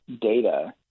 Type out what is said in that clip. data